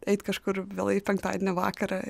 eit kažkur vėlai penktadieno vakarą